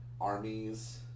armies